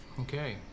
okay